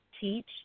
teach